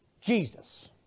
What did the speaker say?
Jesus